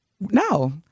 No